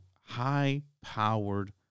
high-powered